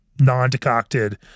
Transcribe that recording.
non-decocted